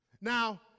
Now